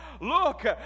look